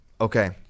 Okay